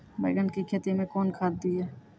बैंगन की खेती मैं कौन खाद दिए?